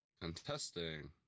Contesting